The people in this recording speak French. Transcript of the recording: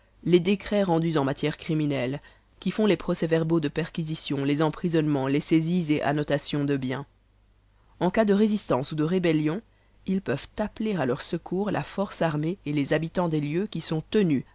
les décrets rendus en matières criminelles qui font les procès-verbaux de perquisitions les emprisonnemens les saisies et annotations de biens en cas de résistance ou de rébellion ils peuvent appeler à leur secours la force armée et les habitans des lieux qui sont tenus